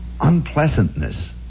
unpleasantness